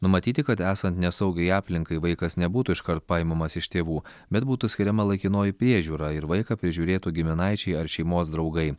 numatyti kad esant nesaugiai aplinkai vaikas nebūtų iškart paimamas iš tėvų bet būtų skiriama laikinoji priežiūra ir vaiką prižiūrėtų giminaičiai ar šeimos draugai